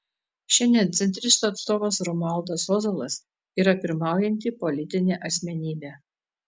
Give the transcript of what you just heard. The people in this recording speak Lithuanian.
šiandien centristų atstovas romualdas ozolas yra pirmaujanti politinė asmenybė